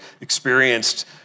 experienced